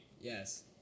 yes